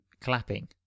clapping